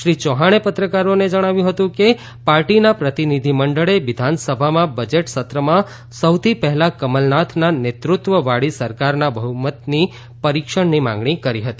શ્રી ચૌહાણે પત્રકારોને જણાવ્યું કે પાર્ટીના પ્રતિનિધિમંડળે વિધાનસભામાં બજેટ સત્રમાં સૌથી પહેલાં કમલનાથના નેતૃત્વવાળી સરકારના બહુમત પરિક્ષણની માગણી કરી હતી